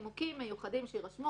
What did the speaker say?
מנימוקים מיוחדים שיירשמו